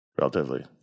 Relatively